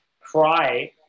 cry